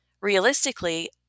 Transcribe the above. Realistically